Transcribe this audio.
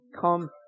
come